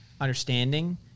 understanding